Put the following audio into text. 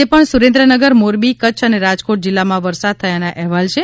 આજે પણ સુરેન્દ્રનગર મોરબી કચ્છ અને રાજકોટ જીલ્લામાં વરસાદ થયાના અહેવાલ છે